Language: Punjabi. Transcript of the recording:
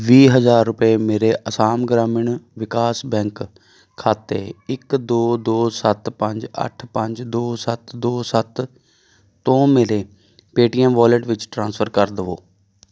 ਵੀਹ ਹਜ਼ਾਰ ਰੁਪਏ ਮੇਰੇ ਅਸਾਮ ਗ੍ਰਾਮੀਣ ਵਿਕਾਸ ਬੈਂਕ ਖਾਤੇ ਇੱਕ ਦੋ ਦੋ ਸੱਤ ਪੰਜ ਅੱਠ ਪੰਜ ਦੋ ਸੱਤ ਦੋ ਸੱਤ ਤੋਂ ਮੇਰੇ ਪੇਟੀਐੱਮ ਵੋਲਿਟ ਵਿੱਚ ਟ੍ਰਾਂਸਫਰ ਕਰ ਦੇਵੋ